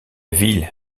ville